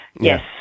yes